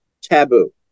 taboo